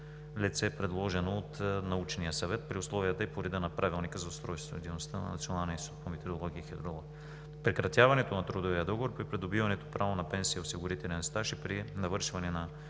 лице, предложено от Научния съвет при условията и по реда на Правилника за устройството и дейността на Националния институт по метеорология и хидрология. Прекратяването на трудовия договор при придобиване правото на пенсия и осигурителен стаж е при навършване на